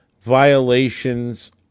violations